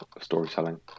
storytelling